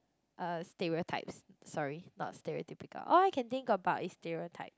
uh stereotypes sorry not stereotypical all that I can think about is stereotype